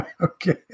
Okay